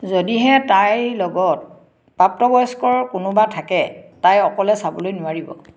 যদিহে তাইৰ লগত প্ৰাপ্তবয়স্কৰ কোনোবা থাকে তাই অকলে চাবলৈ নোৱাৰিব